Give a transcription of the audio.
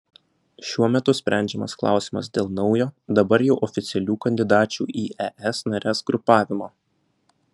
šiuo metu sprendžiamas klausimas dėl naujo dabar jau oficialių kandidačių į es nares grupavimo